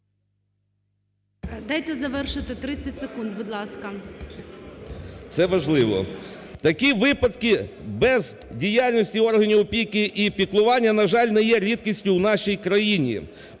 Дайте завершити 30 секунд, будь ласка. ТИМОШЕНКО Ю.В. Це важливо. Такі випадки без діяльності органів опіки і піклування, на жаль, не є рідкістю в нашій країні.